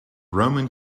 roman